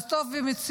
אז טוב ומצוין.